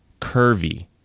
curvy